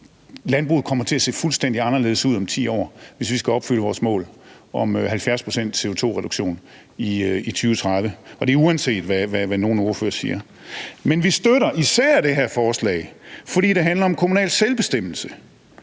Landbruget kommer til at se fuldstændig anderledes ud om 10 år, hvis vi skal opfylde vores mål om 70 pct.s CO₂-reduktion i 2030, og det er, uanset hvad nogen ordfører siger. Men vi støtter især det her forslag, fordi det handler om kommunal selvbestemmelse.